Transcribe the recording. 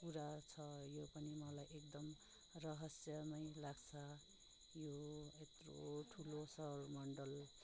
कुरा छ यो पनि मलाई एकदम रहस्यमय लाग्छ यो यत्रो ठुलो सौरमण्डल